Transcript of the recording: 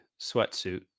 sweatsuit